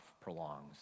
prolongs